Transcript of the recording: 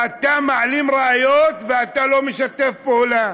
אתה מעלים ראיות ואתה לא משתף פעולה.